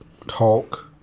talk